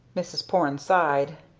mrs. porne sighed.